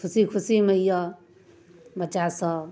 खुशी खुशीमे अइ बच्चासभ